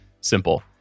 Simple